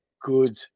good